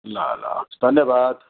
ल ल धन्यवाद